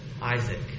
Isaac